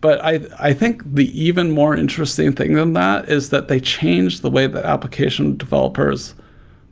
but i think the even more interesting thing than that is that they change the way that application developers